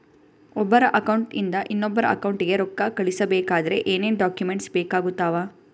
ಒಬ್ಬರ ಅಕೌಂಟ್ ಇಂದ ಇನ್ನೊಬ್ಬರ ಅಕೌಂಟಿಗೆ ರೊಕ್ಕ ಕಳಿಸಬೇಕಾದ್ರೆ ಏನೇನ್ ಡಾಕ್ಯೂಮೆಂಟ್ಸ್ ಬೇಕಾಗುತ್ತಾವ?